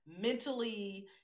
mentally